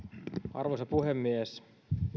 arvoisa puhemies